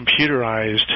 computerized